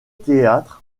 théâtre